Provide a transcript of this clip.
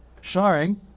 sharing